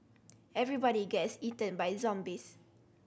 everybody gets eaten by zombies